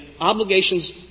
obligations